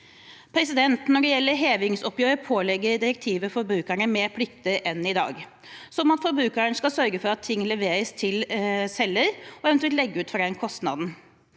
området. Når det gjelder hevingsoppgjør, pålegger direktivet forbrukerne flere plikter enn i dag, som at forbrukeren skal sørge for at ting leveres til selger, og eventuelt legge ut for den kostnaden.